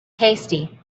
tasty